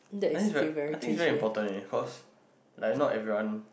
I think is like I think is very important leh cause like not everyone